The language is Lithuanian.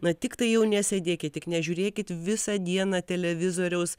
na tiktai jau nesėdėkit tik nežiūrėkit visą dieną televizoriaus